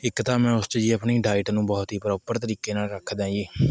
ਇੱਕ ਤਾਂ ਮੈਂ ਉਸ 'ਚ ਜੀ ਮੈਂ ਆਪਣੀ ਡਾਈਟ ਨੂੰ ਬਹੁਤ ਹੀ ਪਰੋਪਰ ਤਰੀਕੇ ਨਾਲ਼ ਰੱਖਦਾ ਜੀ